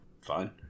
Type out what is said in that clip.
fine